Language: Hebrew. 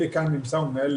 זה נתונים על מסגרת